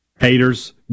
haters